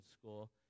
school